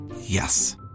Yes